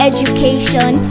Education